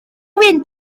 wyn